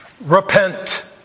Repent